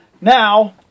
Now